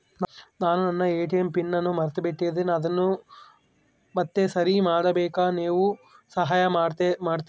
ನಾನು ನನ್ನ ATM PIN ಅನ್ನು ಮರೆತುಬಿಟ್ಟೇನಿ ಅದನ್ನು ಮತ್ತೆ ಸರಿ ಮಾಡಾಕ ನೇವು ಸಹಾಯ ಮಾಡ್ತಿರಾ?